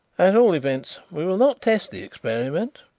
at all events we will not test the experiment.